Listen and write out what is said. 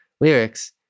lyrics